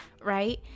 right